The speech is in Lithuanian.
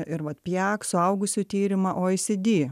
ir vat pijak suaugusių tyrimą oisidy